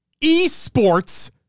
esports